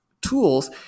tools